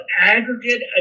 aggregate